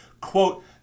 quote